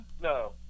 No